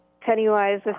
Pennywise